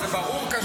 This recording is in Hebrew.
הרי זה ברור כשמש.